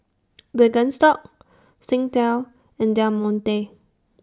Birkenstock Singtel and Del Monte